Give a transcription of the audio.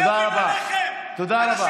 תודה רבה, תודה רבה.